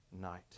night